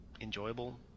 enjoyable